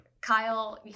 Kyle